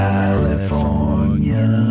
California